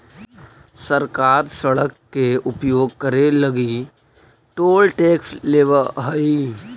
सरकार सड़क के उपयोग करे लगी टोल टैक्स लेवऽ हई